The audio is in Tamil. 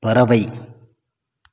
பறவை